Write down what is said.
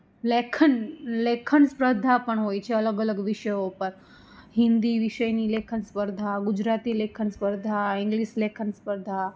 લેખન લેખન સ્પર્ધા પણ હોય છે અલગ અલગ વિષયો ઉપર હિન્દી વિષયની લેખન સ્પર્ધા ગુજરાતી લેખન સ્પર્ધા ઇંગ્લિશ લેખન સ્પર્ધા